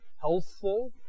healthful